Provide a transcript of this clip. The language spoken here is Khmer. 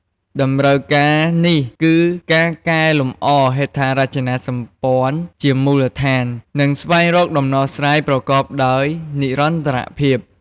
តម្រូវការនេះគឺការកែលម្អហេដ្ឋារចនាសម្ព័ន្ធជាមូលដ្ឋាន និងស្វែងរកដំណោះស្រាយប្រកបដោយនិរន្តរភាព។